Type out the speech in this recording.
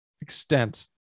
extent